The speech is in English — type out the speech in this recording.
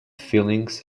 feelings